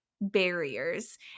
barriers